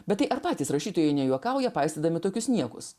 bet tai ar patys rašytojai nejuokauja paistydami tokius niekus